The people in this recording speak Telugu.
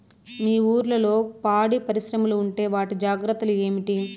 మీ ఊర్లలో పాడి పరిశ్రమలు ఉంటే వాటి జాగ్రత్తలు ఏమిటి